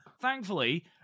thankfully